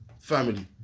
family